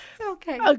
Okay